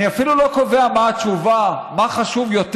אני אפילו לא קובע מה התשובה, מה חשוב יותר.